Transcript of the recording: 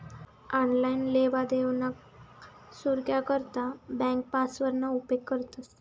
online लेवादेवाना सुरक्सा करता ब्यांक पासवर्डना उपेग करतंस